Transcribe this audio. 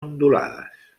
ondulades